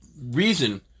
reason